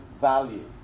value